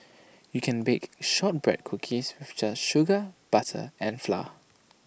you can bake Shortbread Cookies just sugar butter and flour